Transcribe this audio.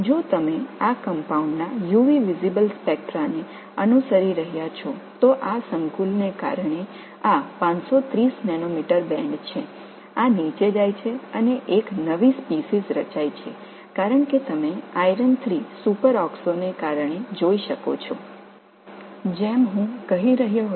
இந்த சேர்மத்தின் புறஊதா நிறமாலையை நீங்கள் பின்பற்றுகிறீர்கள் என்றால் இந்த கலவையின் காரணமாக இது அலைநீளம் 530 நானோமீட்டர் ஆகும் இந்த இரும்பு சூப்பராக்ஸோ காரணமாக நீங்கள் இங்கேயே பார்க்க முடியும் என்பதால் இது குறைந்து ஒரு புதிய இனம் உருவாகிறது